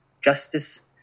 justice